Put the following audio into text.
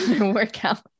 workout